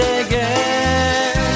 again